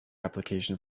application